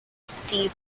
steve